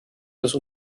das